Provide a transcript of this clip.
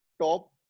top